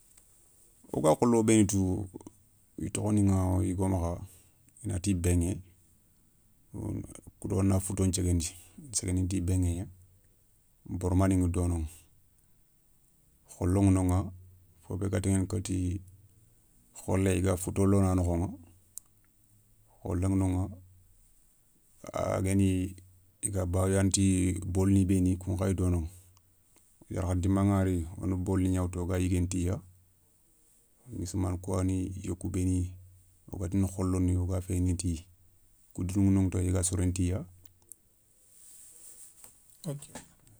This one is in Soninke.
Wo ga kholo béni tou i tokhoniŋa igo makha wonati béŋé, kou do a na fouto nthiéguendi, i na séguendini ti béŋé gna, borma ni ŋa donoŋa, kholo ŋa noŋa, fo bé ga taŋana kati, kholé i ga fouto lona nokhoŋa, kholé ŋa noŋa, a guéni i ga bawouyana ti bol ni béni kou ya dono, yarkhata dima nganari wona boni gna woutou woga yiguéné tiya, ŋa simana kou yani yokou béni, wo gatini kholoni woga féyindini tiya koudou ni ŋa noŋa tiya wo ga soréné tiya.